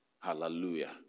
Hallelujah